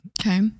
Okay